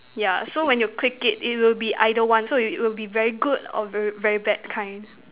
ya so when you click it it will be either one so you it will be very good or very very bad kind